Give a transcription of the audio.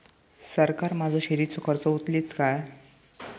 सरकार माझो शेतीचो खर्च उचलीत काय?